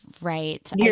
right